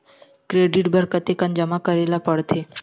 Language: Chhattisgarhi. क्रेडिट बर कतेकन जमा करे ल पड़थे?